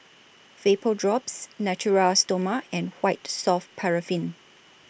Vapodrops Natura Stoma and White Soft Paraffin